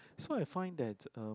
so I find that um